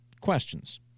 questions